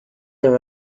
there